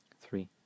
three